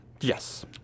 Yes